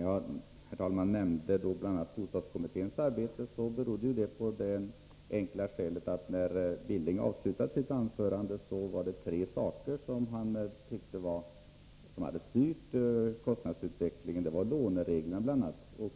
Herr talman! Att jag nämnde bl.a. bostadskommitténs arbete berodde helt enkelt på att Knut Billing avslutade sitt anförande med att säga att han tyckte tre saker hade styrt kostnadsutvecklingen, bl.a. lånereglerna.